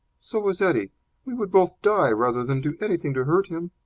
so is eddie. we would both die rather than do anything to hurt him.